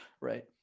right